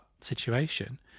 situation